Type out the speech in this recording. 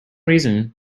reason